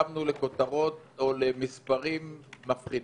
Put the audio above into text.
קמנו למספרים מפחידים.